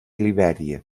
libèria